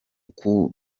uko